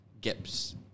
gaps